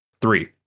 Three